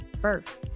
first